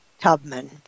Tubman